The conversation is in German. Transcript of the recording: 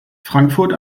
frankfurt